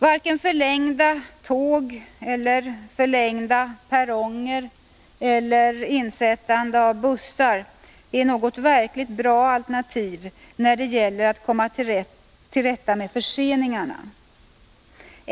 Varken förlängda tåg och perronger eller insättande av bussar är något verkligt bra alternativ när det gäller att komma till rätta med förseningarna.